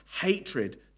hatred